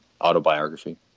autobiography